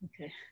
Okay